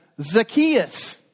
Zacchaeus